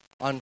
on